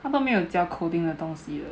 他们没有教 coding 的东西的